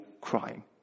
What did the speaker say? crying